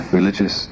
religious